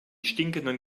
stinkenden